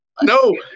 no